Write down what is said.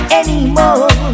anymore